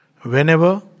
Whenever